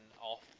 off